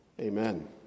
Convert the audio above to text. Amen